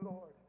Lord